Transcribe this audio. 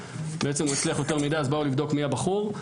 בעצם הוא הצליח יותר מדי אז באו לבדוק מי הבחור.